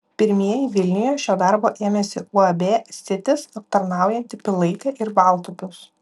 pirmieji vilniuje šio darbo ėmėsi uab sitis aptarnaujanti pilaitę ir baltupius